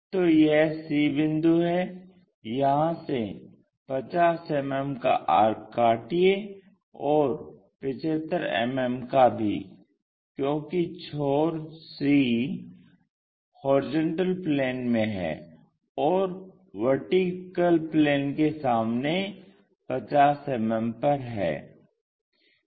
तो यह c बिंदु है यहाँ से 50 मिमी का आर्क काटिये और 75 मिमी का भी क्योंकि छोर c HP में है और VP के सामने 50मिमी पर है